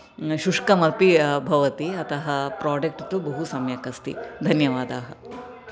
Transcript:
शुष्कमपि भवति अतः प्रोडक्ट् तु बहु सम्यक् अस्ति धन्यवादाः